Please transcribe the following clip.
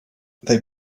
they